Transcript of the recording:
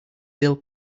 dill